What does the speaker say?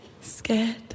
Scared